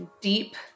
deep